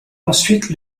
ensuite